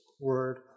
word